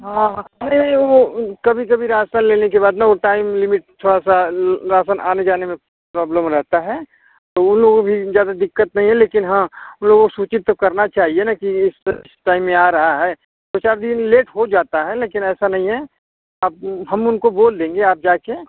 हाँ नहीं नहीं वो कभी कभी राशन लेने के बाद न वो टाइम लिमिट थोड़ा सा राशन आने जाने में प्रॉब्लम रहता है तो उन लोगों को भी ज्यादा दिक्कत नहीं है लेकिन हाँ उन लोगों को सूचित तो करना चाहिए न कि इस इस टाइम में आ रहा है दो चार दिन लेट हो जाता है लेकिन ऐसा नहीं है अब हम उनको बोल देंगे आप जाकर